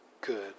good